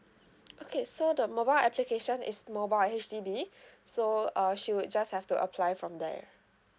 okay so the mobile application is mobile H_D_B so uh she would just have to apply from there